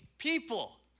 people